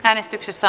puhemies